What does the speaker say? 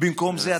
במקום זה,